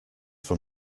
from